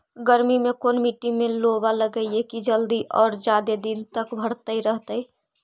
गर्मी में कोन मट्टी में लोबा लगियै कि जल्दी और जादे दिन तक भरतै रहतै?